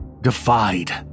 defied